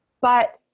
But-